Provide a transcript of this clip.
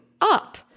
up